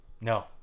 No